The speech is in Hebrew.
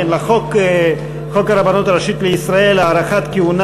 חוק הרבנות הראשית לישראל (הארכת כהונה